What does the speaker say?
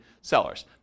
sellers